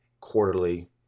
quarterly